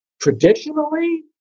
Traditionally